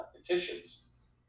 petitions